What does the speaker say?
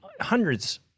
hundreds